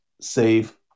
save